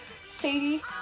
Sadie